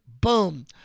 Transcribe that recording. boom